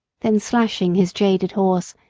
then slashing his jaded horse,